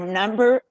number